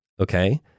okay